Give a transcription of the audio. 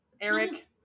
Eric